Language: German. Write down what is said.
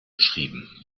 beschrieben